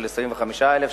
של 25,000 שקלים,